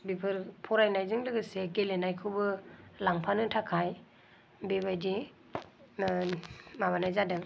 बेफोर फरायनायजों लोगोसे गेलेनायखौबो लांफानो थाखाय बेबायदि माबानाय जादों